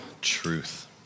truth